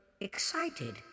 excited